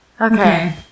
okay